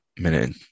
minute